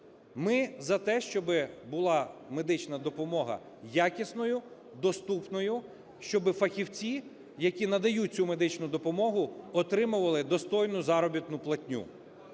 Ми за те, щоби була медична допомога якісною, доступною, щоби фахівці, які надають цю медичну допомогу, отримували достойну заробітну платню.